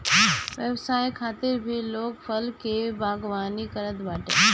व्यवसाय खातिर भी लोग फल के बागवानी करत बाटे